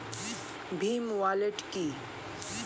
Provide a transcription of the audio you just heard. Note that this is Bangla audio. ভীম ওয়ালেট কি?